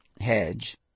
hedge